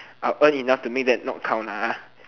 I'll earn enough to make that not count lah ah